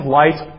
light